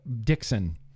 Dixon